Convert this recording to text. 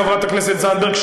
חברת הכנסת זנדברג?